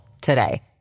today